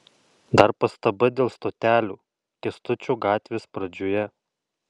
dar pastaba dėl stotelių kęstučio gatvės pradžioje